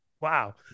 wow